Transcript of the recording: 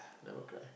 never cry